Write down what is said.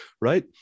right